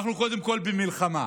אנחנו קודם כול במלחמה.